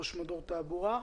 ראש מדור תעבורה.